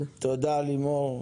תודה לימור.